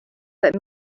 but